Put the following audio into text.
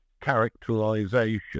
characterization